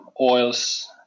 oils